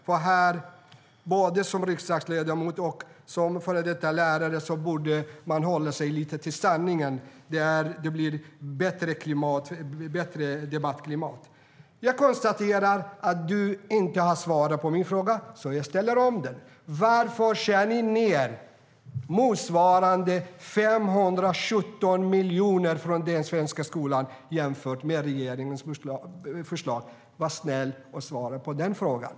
Som både riksdagsledamot och före detta lärare borde du hålla dig till sanningen, så blir det ett bättre debattklimat.